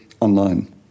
online